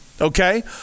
okay